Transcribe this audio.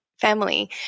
family